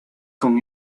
con